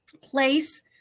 place